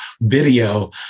video